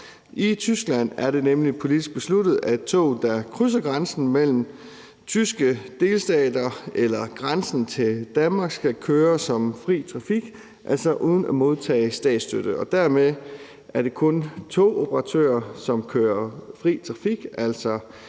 I Tyskland er det nemlig politisk besluttet, at tog, der krydser grænsen mellem tyske delstater eller grænsen til Danmark, skal køre som fri trafik, altså uden at modtage statsstøtte. Dermed er det kun togoperatører, som kører fri trafik, altså